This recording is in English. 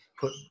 put